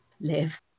live